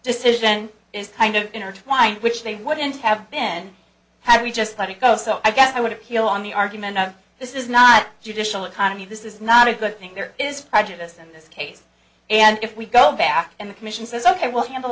decision is kind of intertwined which they wouldn't have been had we just let it go so i guess i would appeal on the argument of this is not judicial economy this is not a good thing there is prejudice in this case and if we go back and the commission says ok we'll handle